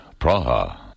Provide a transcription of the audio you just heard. Praha